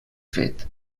fet